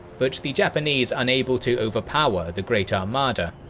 but the japanese unable to overpower the great armada.